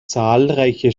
zahlreiche